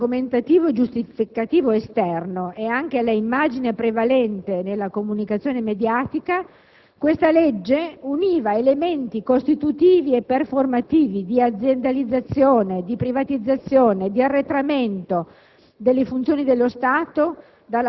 che costituivano il fulcro argomentativo e giustificativo della legge all'esterno e anche l'immagine prevalente nella comunicazione mediatica, univano elementi costitutivi e performativi di aziendalizzazione, privatizzazione e di arretramento